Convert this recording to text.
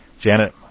Janet